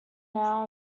now